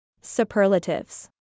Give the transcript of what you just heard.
Superlatives